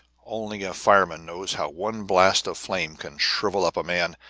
only a fireman knows how one blast of flame can shrivel up a man,